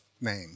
name